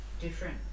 different